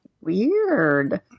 weird